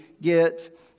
get